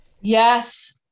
Yes